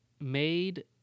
made